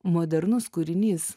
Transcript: modernus kūrinys